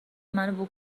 منو